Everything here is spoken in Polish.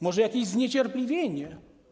Może jakieś zniecierpliwienie?